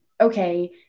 okay